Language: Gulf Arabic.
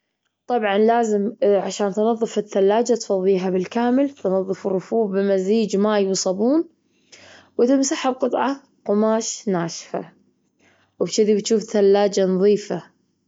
طبعًا لازم عشان تنظف الثلاجة تفظيها بالكامل. تنظف الرفوف بمزيج ماي وصابون. تمسحها بقطعه قماش ناشفة. وبشذي بتشوف ثلاجة نظيفة.